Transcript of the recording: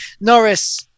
Norris